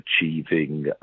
achieving